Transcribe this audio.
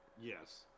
Yes